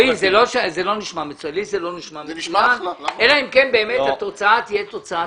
לי זה לא נשמע מצוין אלא אם כן באמת התוצאה תהיה תוצאה טובה.